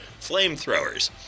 flamethrowers